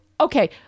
okay